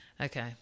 Okay